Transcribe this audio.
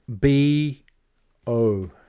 B-O